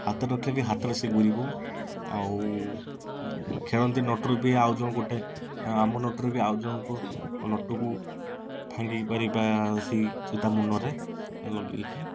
ହାତରେ ରଖିଲେ ବି ହାତରେ ସିଏ ଘୁରିବ ଆଉ ଖେଳନ୍ତି ନଟୁରେ ବି ଆଉ ଯେଉଁ ଗୋଟେ ଆମ ନଟୁରେ ବି ଆଉ ଜଣକ ନଟୁକୁ ଭାଙ୍ଗିପାରିବା ସେଇ ଯେଉଁ ମୁନରେ ଲଗାଇକି